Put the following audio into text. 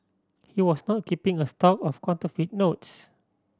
he was not keeping a stock of counterfeit note